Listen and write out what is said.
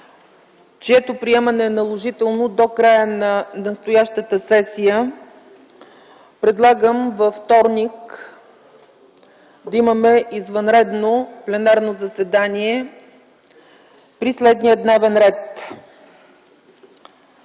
чието приемане е наложително до края на настоящата сесия, предлагам във вторник, 27 юли 2010 г., да имаме извънредно пленарно заседание при следния дневен ред: